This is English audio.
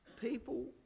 People